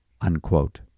unquote